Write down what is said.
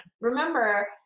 Remember